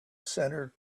center